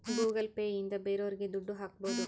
Google Pay ಇಂದ ಬೇರೋರಿಗೆ ದುಡ್ಡು ಹಾಕ್ಬೋದು